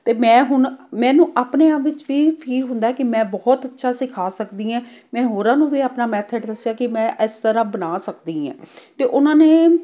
ਅਤੇ ਮੈਂ ਹੁਣ ਮੈਨੂੰ ਆਪਣੇ ਆਪ ਵਿੱਚ ਵੀ ਫੀਲ ਹੁੰਦਾ ਕਿ ਮੈਂ ਬਹੁਤ ਅੱਛਾ ਸਿਖਾ ਸਕਦੀ ਐਂ ਮੈਂ ਹੋਰਾਂ ਨੂੰ ਵੀ ਆਪਣਾ ਮੈਥਡ ਦੱਸਿਆ ਕਿ ਮੈਂ ਇਸ ਤਰ੍ਹਾਂ ਬਣਾ ਸਕਦੀ ਐਂ ਅਤੇ ਉਹਨਾਂ ਨੇ